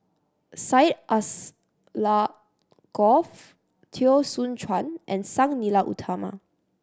Syed Alsagoff Teo Soon Chuan and Sang Nila Utama